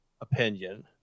opinion